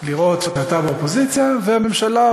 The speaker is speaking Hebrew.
לראות שאתה באופוזיציה והממשלה,